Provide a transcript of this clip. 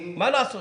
אני בא להשמיע